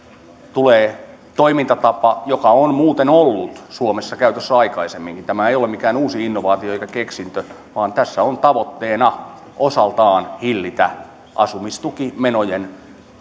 tulee toimintatapa joka on muuten ollut suomessa käytössä aikaisemminkin tämä ei ole mikään uusi innovaatio eikä keksintö jossa on tavoitteena osaltaan hillitä asumistukimenojen